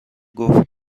گفت